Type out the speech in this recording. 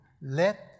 Let